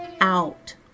out